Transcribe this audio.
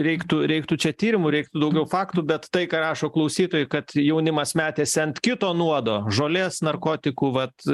reiktų reiktų čia tyrimų reiktų daugiau faktų bet tai ką rašo klausytojai kad jaunimas metėsi ant kito nuodo žolės narkotikų vat